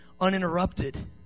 uninterrupted